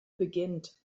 beginnt